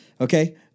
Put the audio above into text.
Okay